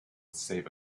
save